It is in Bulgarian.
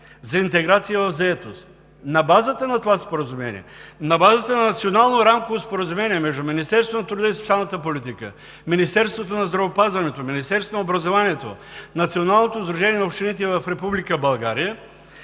за интеграция в заетост. На базата на това споразумение, на базата на Национално рамково споразумение между Министерството на труда и социалната политика, Министерството на здравеопазването, Министерството на образованието и науката и Националното сдружение на общините в Република България